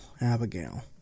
Abigail